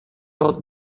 old